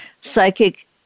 psychic